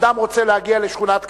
אדם רוצה להגיע לשכונת קטמון,